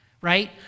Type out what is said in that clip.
right